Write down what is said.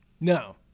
No